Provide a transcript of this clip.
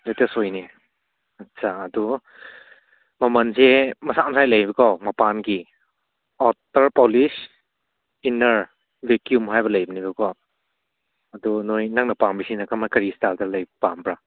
latest ꯑꯣꯏꯒꯅꯤ ꯑꯁꯥ ꯑꯗꯣ ꯃꯃꯜꯁꯦ ꯃꯁꯥꯏ ꯃꯁꯥꯏ ꯂꯩꯕꯀꯣ ꯃꯄꯥꯟꯒꯤ ꯑꯥꯎꯠꯇꯔ ꯄꯣꯂꯤꯁ ꯏꯟꯅꯔ ꯚꯦꯛꯀ꯭ꯌꯨꯝ ꯍꯥꯏꯕ ꯂꯩꯕꯅꯦꯕꯀꯣ ꯑꯗꯨ ꯅꯣꯏ ꯅꯪꯅ ꯄꯥꯝꯃꯤꯁꯤꯅ ꯀꯃꯥꯏꯅ ꯀꯔꯤ ꯏꯁꯇꯥꯏꯜꯗ ꯂꯩꯕ ꯄꯥꯝꯕ꯭ꯔꯥ